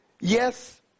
yes